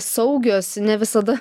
saugios ne visada